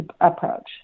approach